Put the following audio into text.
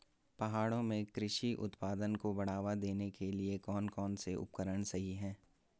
पहाड़ों में कृषि उत्पादन को बढ़ावा देने के लिए कौन कौन से उपकरण सही हैं?